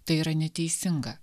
tai yra neteisinga